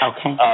Okay